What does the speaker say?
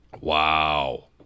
Wow